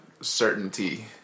certainty